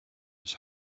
his